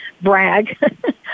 brag